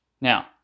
Now